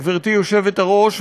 גברתי היושבת-ראש,